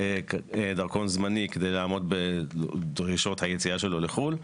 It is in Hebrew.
דרכון זמני כדי לעמוד בדרישות היציאה שלו לחו"ל.